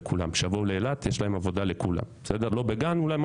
יכולות לבוא ולעבוד במשהו אחר, לא בגן.